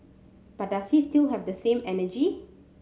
but does he still have the same energy